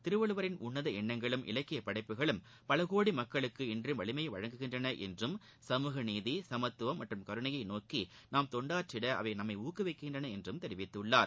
திருவள்ளுவரின் உன்னத என்ணங்களும் இலக்கியப் படைப்புகளும் பல கோடி மக்களுக்கு இன்றும் வலிமையை வழங்குகின்றன என்றும் சமூக நீதி சமத்துவம் மற்றும் கருணையை நோக்கி நாம் தொண்டாற்றிட அவை நம்மை ஊக்குவிக்கின்றன என்றும் தெரிவித்துள்ளார்